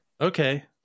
Okay